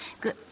good